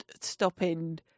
stopping